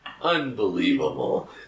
unbelievable